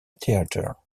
theatre